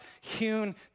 hewn